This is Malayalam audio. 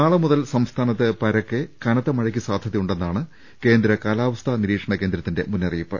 നാളെ മുതൽ സംസ്ഥാനത്ത് പരക്കെ കനത്ത മഴക്ക് സാധ്യതയുണ്ടെന്നാണ് കേന്ദ്ര കാലാവസ്ഥാ നിരീക്ഷണ കേന്ദ്രത്തിന്റെ മുന്നറിയിപ്പ്